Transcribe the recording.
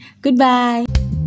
goodbye